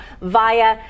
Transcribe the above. via